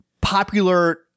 popular